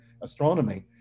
astronomy